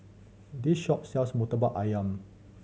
this shop sells Murtabak Ayam